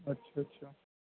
اچھا اچھا